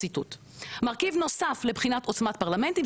מרכיב נוסף לבחינת עוצמת פרלמנטים,